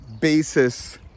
basis